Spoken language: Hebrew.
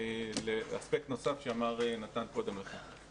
לאספקט נוסף עליו דיבר קודם נתן נהוראי.